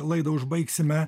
laidą užbaigsime